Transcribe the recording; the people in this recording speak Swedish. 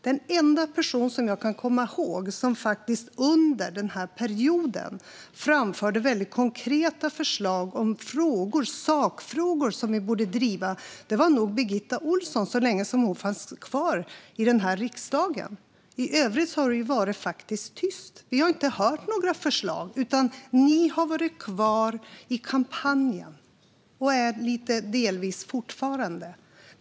Den enda person jag kan komma ihåg som under denna period framförde konkreta förslag på sakfrågor som vi borde driva var Birgitta Ohlsson, så länge hon fanns kvar i riksdagen. I övrigt har det varit tyst. Vi har inte hört några förslag. I stället har ni varit kvar i kampanjen och är det delvis fortfarande.